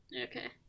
Okay